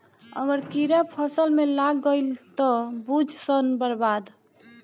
अगर कीड़ा फसल में लाग गईल त बुझ सब बर्बाद